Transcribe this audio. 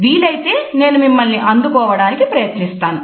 వీలైతే నేను మిమ్మల్ని అందుకోవడానికి ప్రయత్నిస్తాను